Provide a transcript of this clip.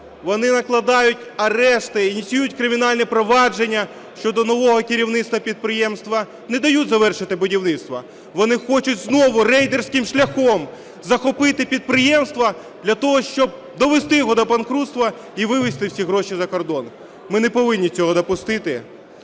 Вони накладають арешти, ініціюють кримінальні провадження щодо нового керівництва підприємства, не дають завершити будівництво. Вони хочуть знову рейдерським шляхом захопити підприємство для того, щоб довести його до банкрутства і вивести всі гроші за кордон. Ми не повинні цього допустити.